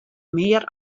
mear